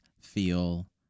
feel